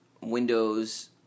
Windows